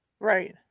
Right